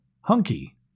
Hunky